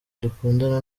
dukundana